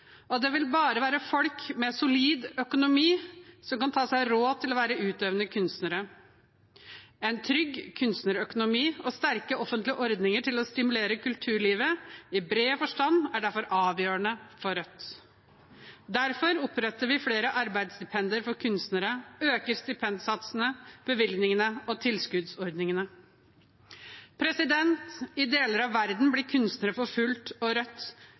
og det vil bare være folk med solid økonomi som kan ta seg råd til å være utøvende kunstnere. En trygg kunstnerøkonomi og sterke offentlige ordninger til å stimulere kulturlivet i bred forstand er derfor avgjørende for Rødt. Derfor oppretter vi flere arbeidsstipender for kunstnere, øker stipendsatsene, bevilgningene og tilskuddsordningene. I deler av verden blir kunstnere forfulgt, og Rødt støtter etablering av residenser for truede og